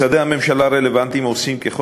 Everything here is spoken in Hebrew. משרדי הממשלה הרלוונטיים עושים ככל